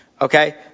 Okay